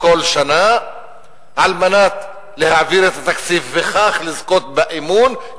כל שנה על מנת להעביר את התקציב וכך לזכות באמון,